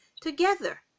together